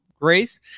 Grace